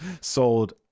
sold